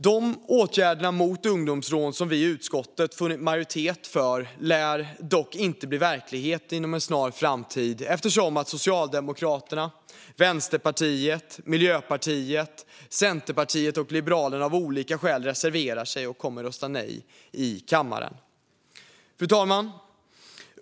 De åtgärder mot ungdomsrån som vi i utskottet funnit majoritet för lär dock inte bli verklighet inom en snar framtid, eftersom Socialdemokraterna, Vänsterpartiet, Miljöpartiet, Centerpartiet och Liberalerna av olika skäl reserverar sig och kommer att rösta nej i kammaren. Fru talman!